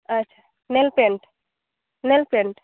ᱟᱪᱪᱷᱟ ᱱᱮᱱᱯᱮᱱᱴ ᱱᱮᱞᱯᱮᱱᱴ